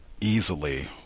Easily